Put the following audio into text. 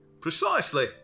Precisely